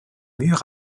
murs